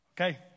Okay